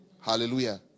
Hallelujah